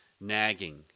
nagging